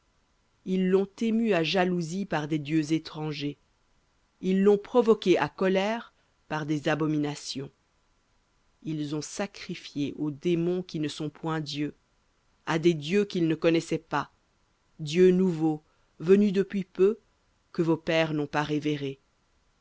ils l'ont ému à jalousie par des étrangers ils l'ont provoqué à colère par des abominations ils ont sacrifié aux démons qui ne sont point dieu à des dieux qu'ils ne connaissaient pas nouveaux venus depuis peu que vos pères n'ont pas révérés